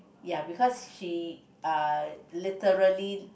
ya because she uh literally